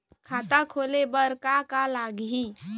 खाता खोले बार का का लागही?